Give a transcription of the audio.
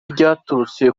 ryaturutse